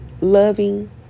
loving